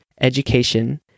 education